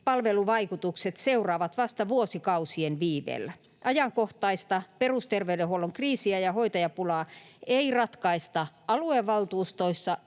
palveluvaikutukset seuraavat vasta vuosikausien viiveellä. Ajankohtaista perusterveydenhuollon kriisiä ja hoitajapulaa ei ratkaista aluevaltuustoissa,